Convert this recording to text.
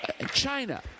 China